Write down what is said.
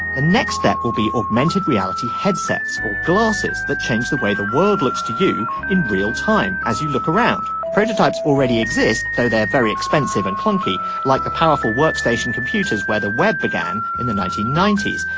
the next step will be augmented reality headsets or glasses that change the way the world looks to you in real time. as you look around prototypes already exist though they're very expensive and clunky like the powerful workstation computers where the web began in the nineteen ninety s.